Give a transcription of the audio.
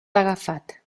agafat